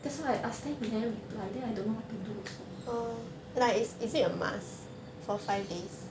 that's why I ask then he never reply then I don't know how to do also